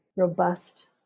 robust